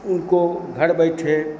उनको घर बैठे